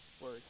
word